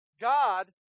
God